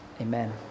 amen